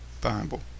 Bible